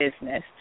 business